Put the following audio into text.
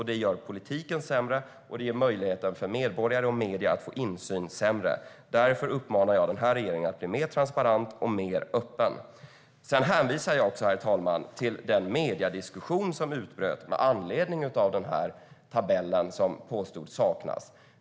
Det gör politiken sämre, och det ger medborgarna och medierna sämre möjligheter till insyn. Därför uppmanar jag denna regering att bli mer transparent och mer öppen. Jag hänvisar också till den diskussion som utbröt i medierna med anledning av denna tabell som påstods saknas.